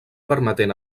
permetent